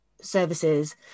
services